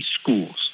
schools